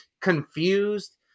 confused